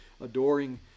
adoring